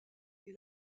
est